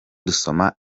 dusoma